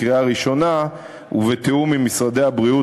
לקריאה ראשונה ובתיאום עם משרדי הבריאות,